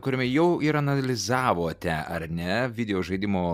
kuriame jau ir analizavote ar ne videožaidimo